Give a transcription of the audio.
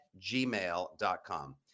gmail.com